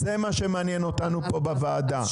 זה מה שמעניין אותנו פה בוועדה.